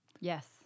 Yes